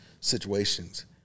situations